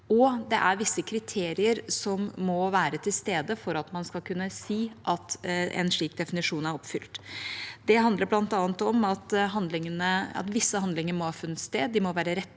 og det er visse kriterier som må være til stede for at man skal kunne si at en slik definisjon er oppfylt. Det handler bl.a. om at visse handlinger må ha funnet sted, de må være rettet